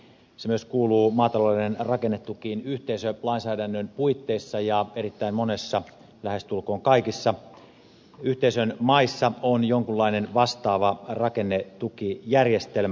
se myös kuuluu maatalouden rakennetukiin yhteisölainsäädännön puitteissa ja erittäin monissa lähestulkoon kaikissa yhteisön maissa on jonkunlainen vastaava rakennetukijärjestelmä